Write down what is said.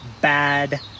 bad